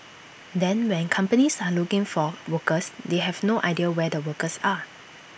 then when companies are looking for workers they have no idea where the workers are